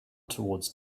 towards